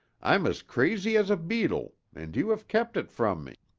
i'm as crazy as a beetle and you have kept it from me.